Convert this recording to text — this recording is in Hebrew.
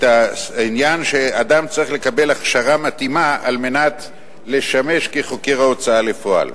את העניין שאדם צריך לקבל הכשרה מתאימה כדי לשמש כחוקר ההוצאה לפועל.